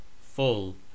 full